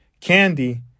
Candy